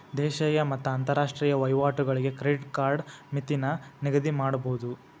ದೇಶೇಯ ಮತ್ತ ಅಂತರಾಷ್ಟ್ರೇಯ ವಹಿವಾಟುಗಳಿಗೆ ಕ್ರೆಡಿಟ್ ಕಾರ್ಡ್ ಮಿತಿನ ನಿಗದಿಮಾಡಬೋದು